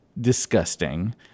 disgusting